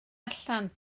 allan